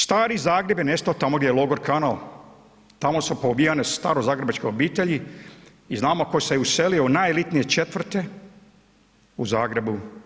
Stari Zagreb je nestao tamo gdje je logor ... tamo su poubijane starozagrebačke obitelji i znamo i tko se uselio u najelitnije četvrti u Zagrebu.